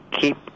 keep